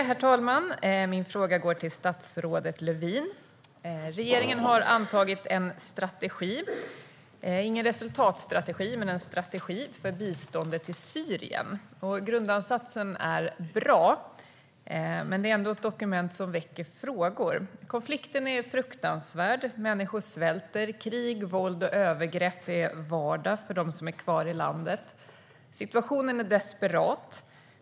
Herr talman! Min fråga går till statsrådet Lövin. Regeringen har antagit en strategi - ingen resultatstrategi men en strategi - för biståndet till Syrien. Grundansatsen är bra. Men dokumentet väcker ändå frågor. Konflikten är fruktansvärd. Människor svälter. Krig, våld och övergrepp är vardag för dem som är kvar i landet. Situationen är desperat.